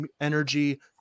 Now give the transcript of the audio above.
energy